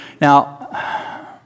Now